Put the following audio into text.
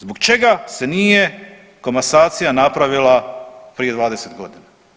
Zbog čega se nije komasacija napravila prije 20 godina?